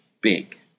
big